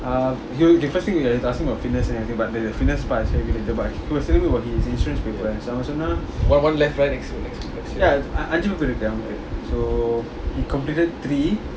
ah he will okay first thing he was he was asking me about fitness and everything but the fitness part is but he was telling me about his insurance with அவசொன்னா:ava sonna so he completed three